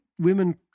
women